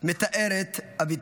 מתארת אביטל.